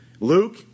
Luke